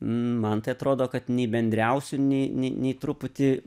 man tai atrodo kad nei bendriausių nei nei nei truputį